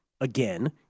again